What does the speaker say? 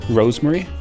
rosemary